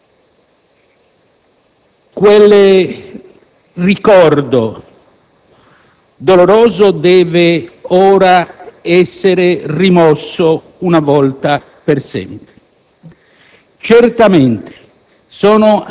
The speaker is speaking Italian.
Quel ricordo doloroso deve ora essere rimosso una volta per sempre.